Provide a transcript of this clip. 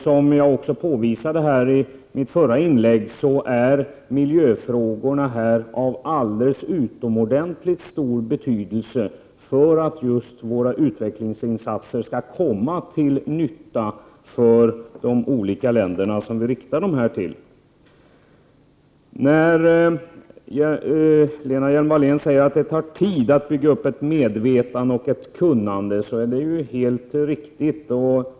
Som jag påvisade i mitt förra inlägg är miljöfrågorna av utomordentligt stor betydelse för att våra utvecklingsinsatser skall komma till nytta för de olika länder som de riktas till. Lena Hjelm-Wallén säger att det tar tid att bygga upp ett medvetande och ett kunnande, och det är helt riktigt.